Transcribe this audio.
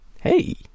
Hey